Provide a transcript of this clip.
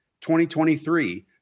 2023